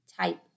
type